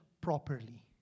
properly